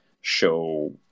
show